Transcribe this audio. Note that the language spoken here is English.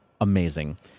Amazing